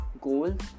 goals